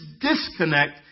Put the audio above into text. disconnect